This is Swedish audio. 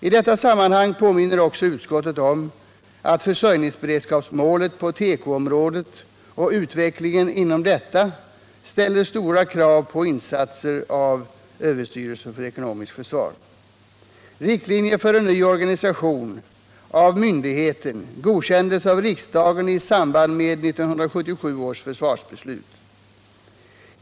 I detta sammanhang påminner också utskottet om att försörjningsberedskapsmålet på tekoområdet och utvecklingen inom detta ställer stora krav på insatser av överstyrelsen för ekonomiskt försvar. Riktlinjer för en ny organisation av myndigheten godkändes av riksdagen i samband med 1977 års försvarsbeslut.